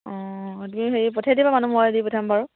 অঁ তুমি হেৰি পঠিয়াই দিবা মানুহ মই দি পঠিয়াম বাৰু